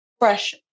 fresh